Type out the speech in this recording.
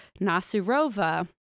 Nasurova